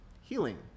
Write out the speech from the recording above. healing